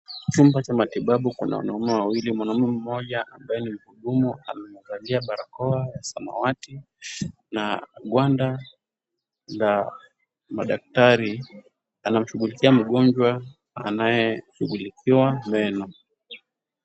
Chumba cha matibabu kuna wanaume wawili, mwanamume mmoja ambaye ni mhudumu wa afya amevalia barakoa ya samawati na gwanda za madaktari. Anamshughulikia mgonjwa anayeshughulikiwa meno.